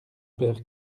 père